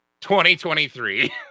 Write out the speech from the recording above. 2023